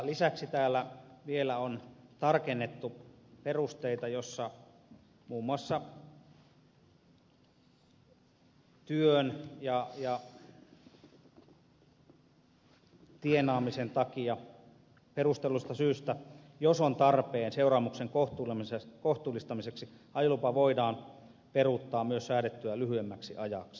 lisäksi täällä vielä on tarkennettu perusteita joissa muun muassa työn ja tienaamisen takia perustellusta syystä jos on tarpeen seuraamuksen kohtuullistamiseksi ajolupa voidaan peruuttaa myös säädettyä lyhyemmäksi ajaksi